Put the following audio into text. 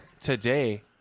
Today